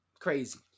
Crazy